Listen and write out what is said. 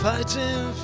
Fighting